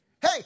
Hey